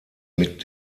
mit